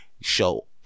show